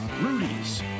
Rudy's